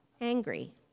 angry